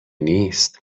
نیست